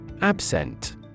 Absent